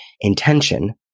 intention